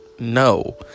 No